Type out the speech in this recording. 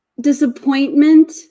disappointment